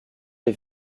les